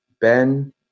Ben